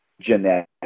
genetic